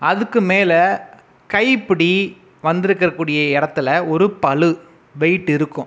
அதுக்கு மேலே கைப்பிடி வந்துருக்க கூடிய இடத்துல ஒரு பளு வெயிட் இருக்கும்